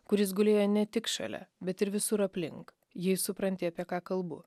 kuris gulėjo ne tik šalia bet ir visur aplink jei supranti apie ką kalbu